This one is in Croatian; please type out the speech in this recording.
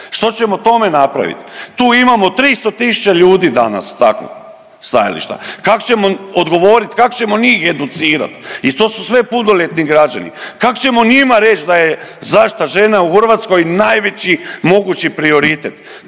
Što ćemo tome napraviti? Tu imamo 300 000 ljudi danas takvog stajališta. Kak' ćemo odgovoriti? Kak' ćemo njih educirati? To su sve punoljetni građani. Kak' ćemo njima reći da je zaštita žena u Hrvatskoj najveći mogući prioritet?